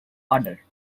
order